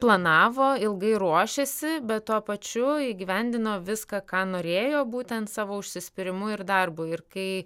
planavo ilgai ruošėsi bet tuo pačiu įgyvendino viską ką norėjo būtent savo užsispyrimu ir darbu ir kai